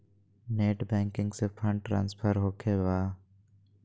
Net banking से fund transfer होखें बा?